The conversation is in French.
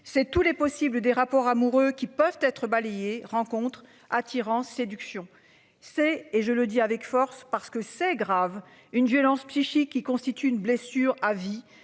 c'est tous les possibles des rapports amoureux qui peuvent être balayés. Attirance séduction c'est et je le dis avec force parce que c'est grave. Une violence psychique qui constitue une blessure à vie